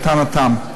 לטענתם.